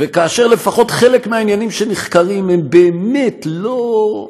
וכאשר לפחות חלק מהעניינים שנחקרים הם באמת לא,